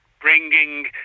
bringing